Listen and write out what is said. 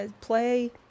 play